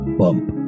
bump